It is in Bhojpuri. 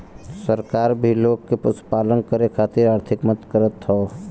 सरकार भी लोग के पशुपालन करे खातिर आर्थिक मदद करत हौ